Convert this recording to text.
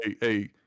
hey